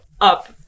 up